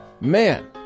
man